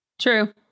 True